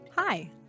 Hi